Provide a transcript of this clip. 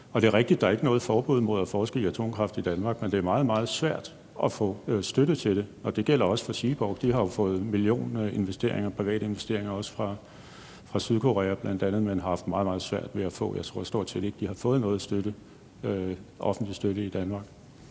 Det er rigtigt, at der ikke er noget forbud mod at forske i atomkraft i Danmark, men det er meget, meget svært at få støtte til det. Og det gælder også for Seaborg. De har jo fået millioninvesteringer, private investeringer, også fra bl.a. Sydkorea, men har haft meget, meget svært ved at få offentlig støtte. Jeg tror stort set ikke, de har fået nogen offentlig støtte i Danmark.